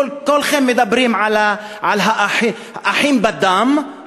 כולכם מדברים על אחים בדם,